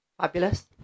Fabulous